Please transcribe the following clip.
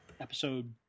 episode